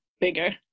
bigger